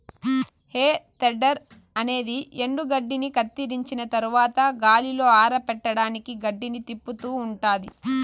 హే tedder అనేది ఎండుగడ్డిని కత్తిరించిన తరవాత గాలిలో ఆరపెట్టడానికి గడ్డిని తిప్పుతూ ఉంటాది